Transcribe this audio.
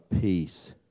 Peace